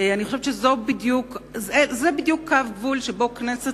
אני חושבת שזה בדיוק קו גבול שבו הכנסת